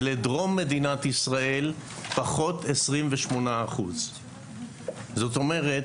ולדרום מדינת ישראל פחות 28%. זאת אומרת,